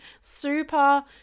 super